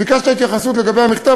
ביקשת התייחסות לגבי המכתב,